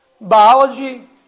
biology